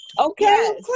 Okay